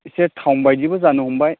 एसे टाउन बादिबो जानो हमबाय